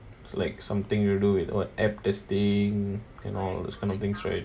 like something to do with what app testing and all these kind of things right